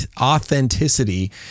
authenticity